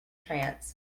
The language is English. trance